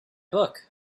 book